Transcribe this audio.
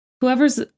whoever's